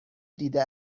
دیده